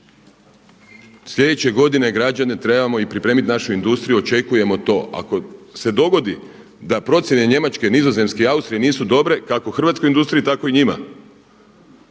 sljedeće godine građane trebamo i pripremit našu industriju, očekujemo to. Ako se dogodi da procjene Njemačke, Nizozemske i Austrije nisu dobre kako u hrvatskoj industriji, tako i njima.